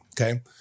Okay